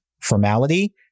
formality